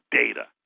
data